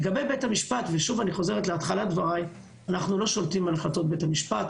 לגבי בית המשפט - אנחנו לא שולטים על החלטות בית המשפט.